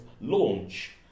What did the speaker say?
launch